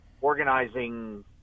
organizing